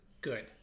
good